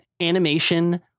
animation